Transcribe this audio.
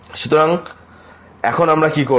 সুতরাং এখন আমরা কি করব